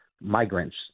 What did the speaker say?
migrants